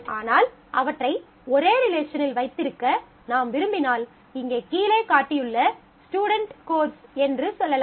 ஆனால் அவற்றை ஒரே ரிலேஷனில் வைத்திருக்க நாம் விரும்பினால் இங்கே கீழே காட்டிய ஸ்டுடென்ட் கோர்ஸ் student course என்று சொல்லலாம்